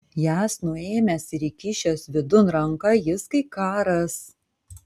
jas nuėmęs ir įkišęs vidun ranką jis kai ką ras